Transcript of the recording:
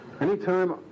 Anytime